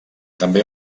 també